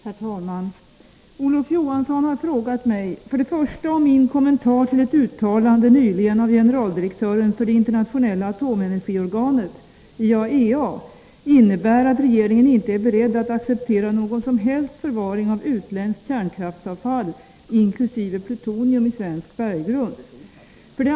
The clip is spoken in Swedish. Generaldirektören i FN:s atomenergiorgan i Wien har uttalat att Sverige i sitt urberg bör förvara radioaktivt avfall från andra länders kärnkraftverk. Energiministern har sagt att förslaget saknar förankring i regeringen samt att varje land självt måste ta ansvar för hanteringen av sitt kärnkraftsavfall. Mot denna bakgrund vill jag ställa följande frågor: 1. Innebär energiministerns kommentarer att regeringen inte är beredd att acceptera någon som helst förvaring av utländskt kärnkraftsavfall inkl. plutonium i svensk berggrund? 2.